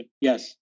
yes